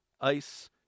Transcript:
ice